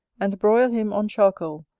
and broil him on charcoal,